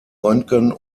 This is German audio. röntgen